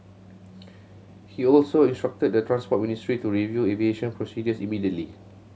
he also instructed the Transport Ministry to review aviation procedures immediately